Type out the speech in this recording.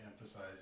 emphasize